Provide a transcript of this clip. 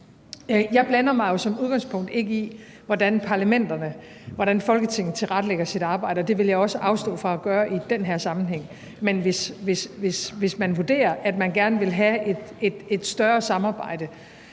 Jeg blander mig jo som udgangspunkt ikke i, hvordan parlamenterne, og hvordan Folketinget tilrettelægger deres arbejde, og det vil jeg også afstå fra at gøre i den her sammenhæng. Hvis man vurderer, at man gerne vil have et større samarbejde